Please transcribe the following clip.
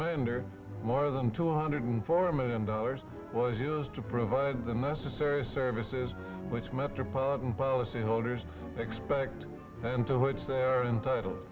remainder more than two hundred four million dollars was used to provide the necessary services which metropolitan policy holders expect and to which they are entitled